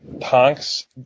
Tonks